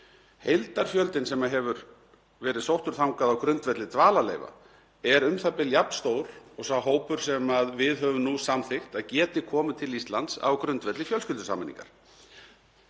heildarfjöldinn sem hefur verið sóttur þangað á grundvelli dvalarleyfa er u.þ.b. jafn stór og sá hópur sem við höfum nú samþykkt að geti komið til Íslands á grundvelli fjölskyldusameiningar.